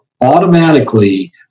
automatically